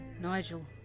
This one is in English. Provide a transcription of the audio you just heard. Nigel